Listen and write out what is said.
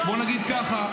בואו נגיד ככה,